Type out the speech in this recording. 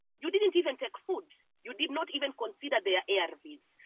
you didn't even take food. you did not even consider their needs.